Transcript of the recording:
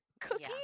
cookie